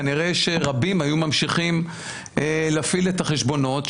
כנראה שרבים היו ממשיכים להפעיל את החשבונות,